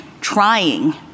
trying